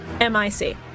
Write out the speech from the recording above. M-I-C